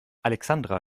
alexandra